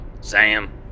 Sam